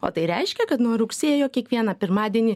o tai reiškia kad nuo rugsėjo kiekvieną pirmadienį